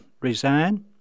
resign